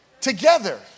together